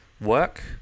work